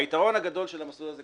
היתרון הגדול של המסלול הזה,